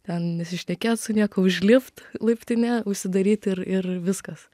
ten nesišnekėt su niekuo užlipt laiptine užsidaryt ir ir viskas